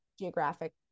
geographic